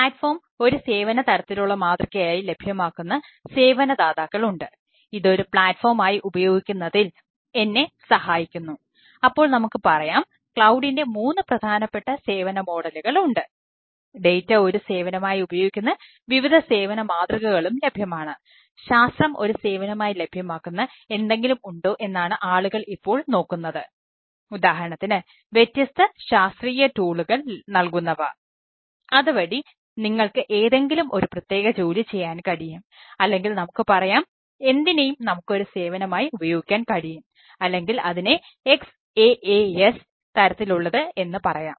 platform നൽകുന്നവ അതുവഴി നിങ്ങൾക്ക് ഏതെങ്കിലും ഒരു പ്രത്യേക ജോലി ചെയ്യാൻ കഴിയും അല്ലെങ്കിൽ നമുക്ക് പറയാം എന്തിനെയും നമുക്ക് ഒരു സേവനമായി ഉപയോഗിക്കാൻ കഴിയും അല്ലെങ്കിൽ അതിനെ XaaS തരത്തിലുള്ളത് എന്ന് പറയാം